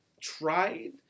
tried